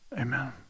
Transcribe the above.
Amen